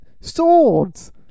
swords